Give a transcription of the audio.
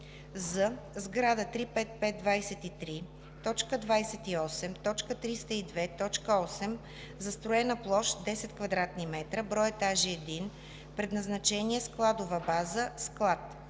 з) сграда 35523.28.302.8, застроена площ 10 кв. м, брой етажи 1, предназначение: складова база, склад.